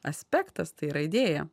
aspektas tai yra idėja